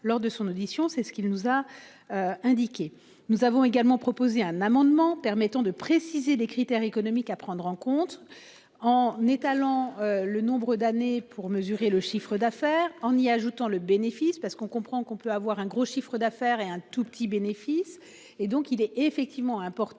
lors de son audition. C'est ce qu'il nous a. Indiqué nous avons également proposé un amendement permettant de préciser les critères économiques à prendre en compte en étalant le nombre d'années pour mesurer le chiffre d'affaires en y ajoutant le bénéfice parce qu'on comprend qu'on peut avoir un gros chiffre d'affaires et un tout petit bénéfice et donc il est effectivement important